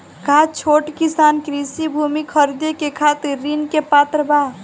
का छोट किसान कृषि भूमि खरीदे के खातिर ऋण के पात्र बा?